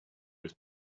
was